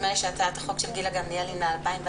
נדמה לי שהצעת החוק של גילה גמליאל היא מ-2014,